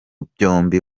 byombi